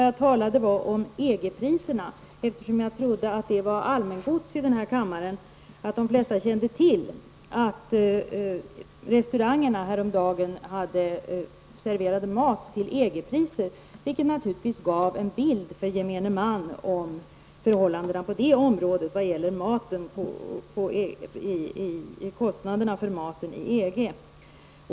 Jag talade om EG-priserna, eftersom jag trodde att de flesta här i kammaren kände till att restaurangerna häromdagen serverade mat till EG-priser, vilket naturligtvis gav gemene man en uppfattning om kostnaderna för maten inom EG.